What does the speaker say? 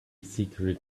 secret